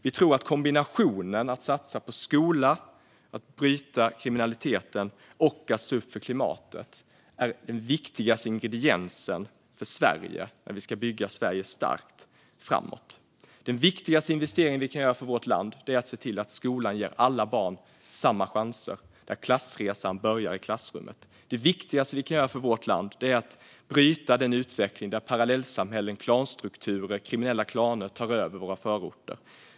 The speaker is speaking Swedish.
Vi tror att kombinationen av att satsa på skolan, bryta kriminaliteten och stå upp för klimatet är de viktigaste ingredienserna för att bygga Sverige starkt framåt. Den viktigaste investeringen vi kan göra för vårt land är att se till att skolan ger alla barn samma chanser. Klassresan börjar i klassrummet. Det viktigaste vi kan göra för vårt land är att bryta den utveckling där parallellsamhällen, klanstrukturer och kriminella klaner tar över våra förorter.